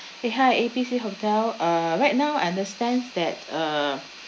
eh hi A B C hotel uh right now understands that uh